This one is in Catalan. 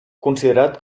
considerat